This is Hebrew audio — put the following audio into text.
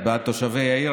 את בעד תושבי העיר,